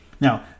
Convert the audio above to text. Now